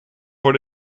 voor